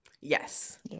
Yes